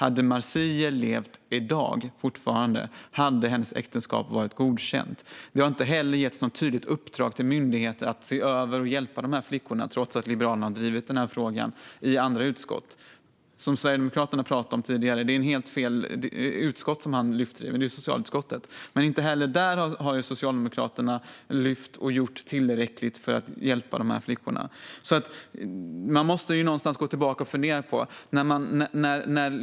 Om Marzieh fortfarande hade levt i dag hade hennes äktenskap varit godkänt. Det har heller inte getts något tydligt uppdrag till myndigheter att se över detta och hjälpa dessa flickor, trots att Liberalerna har drivit denna fråga i andra utskott. Sverigedemokraterna pratade om detta tidigare men lyfte upp helt fel utskott. Det är socialutskottet, men inte heller där har Socialdemokraterna gjort tillräckligt för att hjälpa dessa flickor. Man måste gå tillbaka och fundera.